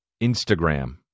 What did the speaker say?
Instagram